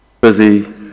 Busy